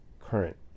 current